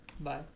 Bye